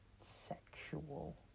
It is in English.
sexual